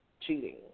cheating